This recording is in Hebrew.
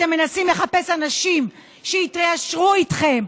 אתם מנסים לחפש אנשים שיתיישרו איתכם,